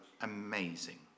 amazing